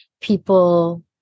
people